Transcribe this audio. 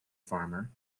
farmer